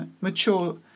mature